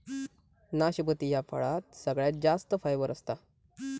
नाशपती ह्या फळात सगळ्यात जास्त फायबर असता